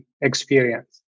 experience